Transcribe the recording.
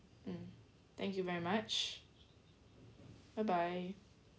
mm thank you very much bye bye